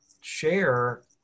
share